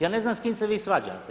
Ja ne znam s kim se vi svađate.